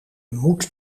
moet